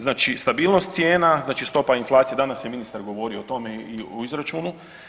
Znači stabilnost cijena, znači stopa inflacije, danas je ministar govorio o tom izračunu.